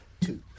two